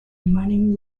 mining